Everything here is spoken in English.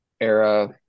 era